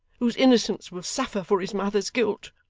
whose innocence will suffer for his mother's guilt